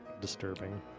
disturbing